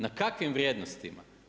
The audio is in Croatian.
Na kakvim vrijednostima?